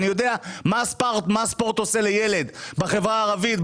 אני יודע מה הספורט עושה לילד בחברה הערבית,